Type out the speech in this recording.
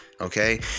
okay